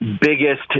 biggest